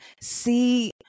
see